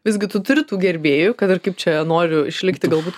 visgi tu turi tų gerbėjų kad ir kaip čia noriu išlikti galbūt